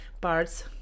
parts